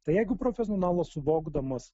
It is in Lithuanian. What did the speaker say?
tai jeigu profesionalas suvokdamas